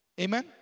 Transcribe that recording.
Amen